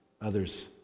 Others